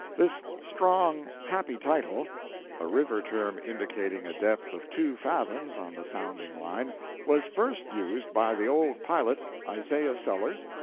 this strong, happy title a river term indicating a depth of two fathoms on the sounding-line was first used by the old pilot, isaiah sellers,